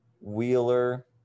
Wheeler